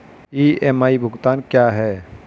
EMI भुगतान क्या है?